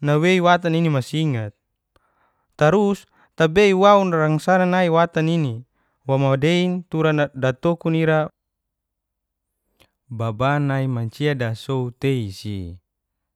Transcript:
nawei watan nini masingat, trus tabei waun rangsangan nai watan nini wo modei tura na datokun ira baban nai mncia dasou tei si.